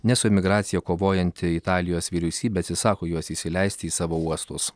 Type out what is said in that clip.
nes su imigracija kovojanti italijos vyriausybė atsisako juos įsileisti į savo uostus